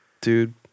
dude